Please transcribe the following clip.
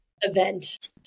event